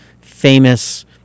famous